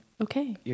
Okay